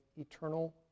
eternal